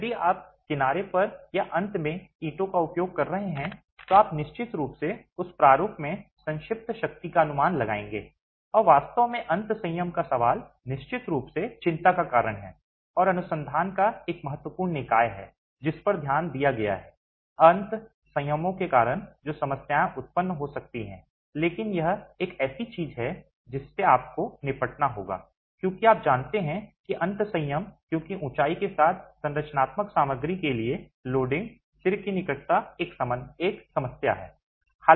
यदि आप किनारे पर या अंत में ईंटों का उपयोग कर रहे हैं तो आप निश्चित रूप से उस प्रारूप में संक्षिप्त शक्ति का अनुमान लगाएंगे और वास्तव में अंत संयम का सवाल निश्चित रूप से चिंता का कारण है और अनुसंधान का एक महत्वपूर्ण निकाय है जिस पर ध्यान दिया गया है अंत संयमों के कारण जो समस्याएं उत्पन्न हो सकती हैं लेकिन यह एक ऐसी चीज है जिससे आपको निपटना होगा क्योंकि आप जानते हैं कि अंत संयम क्योंकि ऊंचाई के साथ संरचनात्मक सामग्री के लिए लोडिंग सिर की निकटता एक समस्या है